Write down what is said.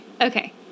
Okay